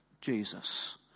jesus